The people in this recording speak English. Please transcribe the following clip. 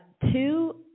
Two